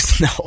No